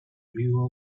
brew